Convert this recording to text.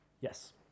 Yes